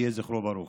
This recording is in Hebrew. יהי זכרו ברוך.